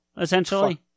essentially